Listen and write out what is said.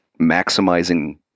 maximizing